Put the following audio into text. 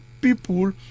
people